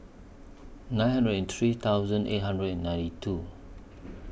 nine hundred and three thousand eight hundred and ninety two